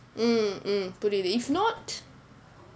mm mm புரியுது:puriyuthu if not